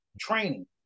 training